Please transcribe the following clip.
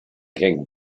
can